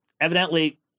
evidently